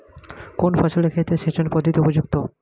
কোন ফসলের ক্ষেত্রে সেচন পদ্ধতি উপযুক্ত?